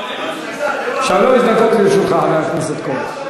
שלוש דקות לרשותך, חבר הכנסת כהן.